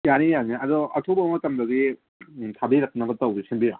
ꯌꯥꯅꯤ ꯌꯥꯅꯤ ꯑꯗꯨ ꯑꯊꯨꯕ ꯃꯇꯝꯗꯗꯤ ꯊꯥꯕꯤꯔꯛꯅꯕ ꯇꯧꯕ ꯁꯤꯟꯕꯤꯔꯣ